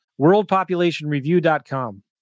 Worldpopulationreview.com